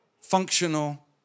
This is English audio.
functional